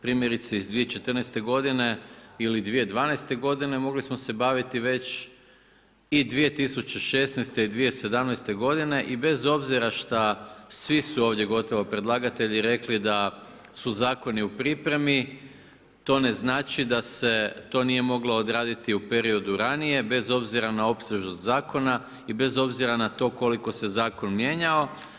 Primjerice iz 2014. g. ili iz 2012. g. mogli smo se baviti već i 2016. i 2017. g. i bez obzira šta svi su ovdje gotovo predlagatelji rekli da su zakoni u pripremi, to ne znači da se to nije moglo odraditi u periodu ranije, bez obzira na opsežnost zakona i bez obzira na to koliko se zakon mijenjao.